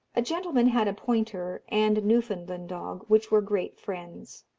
a gentleman had a pointer and newfoundland dog, which were great friends.